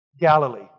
Galilee